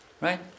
Right